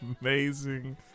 amazing